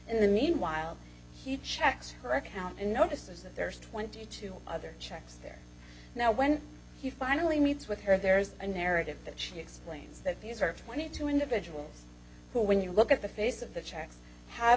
in the meanwhile he checks her account and notices that there's twenty two other checks there now when you finally meets with her there is a narrative that she explains that these are twenty two individuals who when you look at the face of the checks have